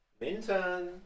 minton